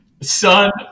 son